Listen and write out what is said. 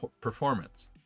performance